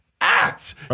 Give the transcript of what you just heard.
Act